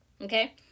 Okay